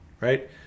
Right